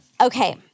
Okay